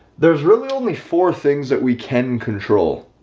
there's really only four things that we can control.